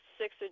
six